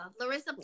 larissa